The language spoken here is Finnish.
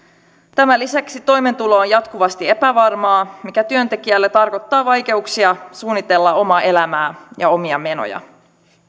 tämän lisäksi toimeentulo on jatkuvasti epävarmaa mikä tarkoittaa työntekijälle vaikeuksia suunnitella omaa elämää ja omia menoja